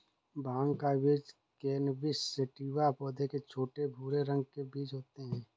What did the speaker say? भाँग का बीज कैनबिस सैटिवा पौधे के छोटे, भूरे रंग के बीज होते है